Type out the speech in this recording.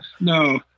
no